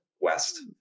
west